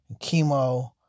chemo